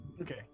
Okay